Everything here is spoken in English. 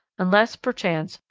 unless, perchance,